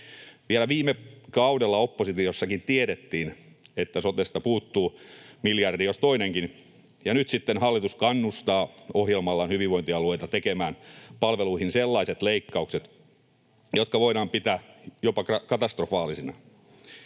Vielä viime kaudella oppositiossakin tiedettiin, että sotesta puuttuu miljardi jos toinenkin, ja nyt sitten hallitus kannustaa ohjelmallaan hyvinvointialueita tekemään palveluihin sellaiset leikkaukset, joita voidaan pitää jopa katastrofaalisina.